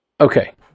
Okay